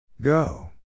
go